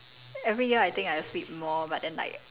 every year I think I will sleep more but then like